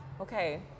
Okay